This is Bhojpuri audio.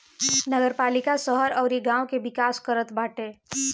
नगरपालिका शहर अउरी गांव के विकास करत बाटे